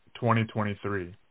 2023